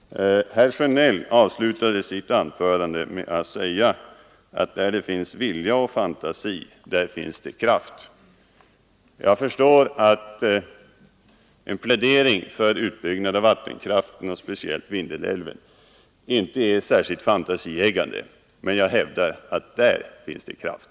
Herr Sjönell avslutade sitt anförande med att säga att där det finns vilja och fantasi, där finns det kraft. Jag förstår att en plädering för utbyggnad av vattenkraft inte är särskilt fantasieggande, men jag hävdar att där finns det kraft.